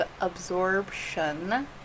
absorption